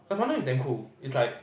Kathmandu is damn cool it's like